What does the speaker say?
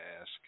ask